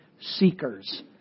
seekers